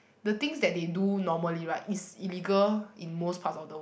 the things that they do normally right is illegal in most part of the